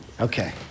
Okay